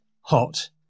hot